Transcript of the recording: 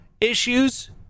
issues